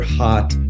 hot